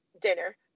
dinner